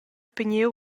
pigniu